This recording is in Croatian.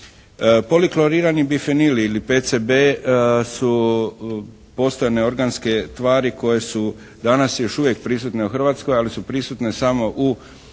Poliklorirani bifenil ili BCB su postojane organske tvari koje su danas još uvijek prisutne u Hrvatskoj ali su prisutne samo u uljima